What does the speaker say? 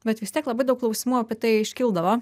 bet vis tiek labai daug klausimų apie tai iškildavo